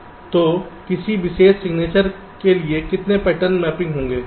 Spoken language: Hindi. तो किसी विशेष सिग्नेचर के लिए कितने पैटर्न मैपिंग होंगे